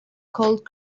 called